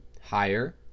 higher